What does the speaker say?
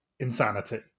Insanity